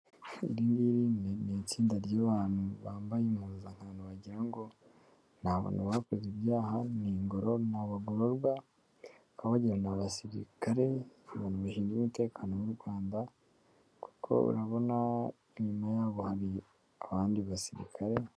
Iringiri ni itsinda ry'abantu bambaye impuzankano bagira ngo ntabona bakoze ibyaha ni abagororwa baka bagira n'abasirikare mu kubarindira umutekano w'u Rwanda kuko urabona inyuma yaho hari abandi basirikare.